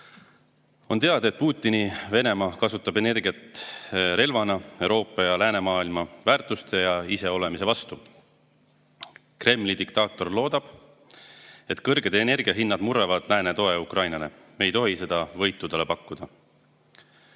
On teada, et Putini Venemaa kasutab energiat relvana Euroopa ja läänemaailma väärtuste ja iseolemise vastu. Kremli diktaator loodab, et kõrged energiahinnad murravad lääne toe Ukrainale. Me ei tohi seda võitu talle pakkuda.